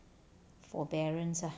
forbearance ah